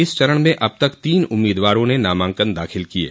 इस चरण में अब तक तीन उम्मीदवारों ने नामांकन दाखिल किये